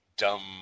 dumb